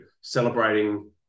celebrating